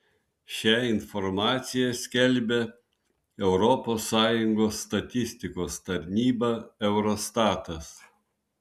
šią informaciją skelbia europos sąjungos statistikos tarnyba eurostatas